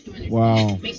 Wow